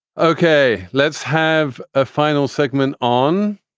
okay. let's have a final segment on